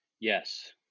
Yes